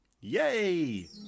Yay